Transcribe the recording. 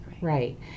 right